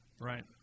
right